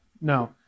No